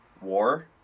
war